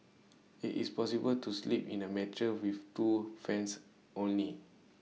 IT is possible to sleep in A mattress with two fans only